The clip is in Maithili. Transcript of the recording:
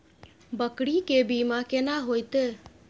बकरी के बीमा केना होइते?